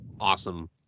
awesome